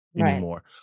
anymore